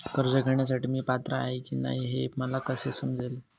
कर्ज घेण्यासाठी मी पात्र आहे की नाही हे मला कसे समजेल?